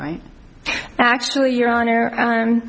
right actually your honor